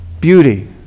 beauty